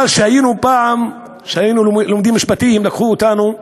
אבל כשפעם למדנו משפטים, לקחו אותנו לשווייץ.